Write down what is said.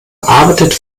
arbeitet